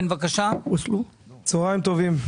צוהריים טובים.